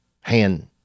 hand